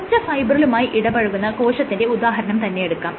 ഒരൊറ്റ ഫൈബ്രിലുമായി ഇടപഴകുന്ന കോശത്തിന്റെ ഉദാഹരണം തന്നെയെടുക്കാം